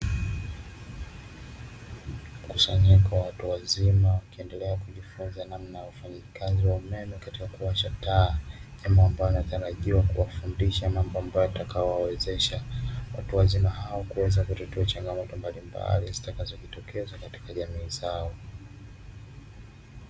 Mkusanyiko cha watu wazima wakiendelea kujifunza namna ya ufanyikazi wa umeme katika kuwasha taa, jambo ambalo linatarajiwa kuwafundisha mambo ambayo yatakayo wawezesha watu wazima hao kuweza kutatua changamoto mbalimbali zitakazojitokeza katika jamii zao.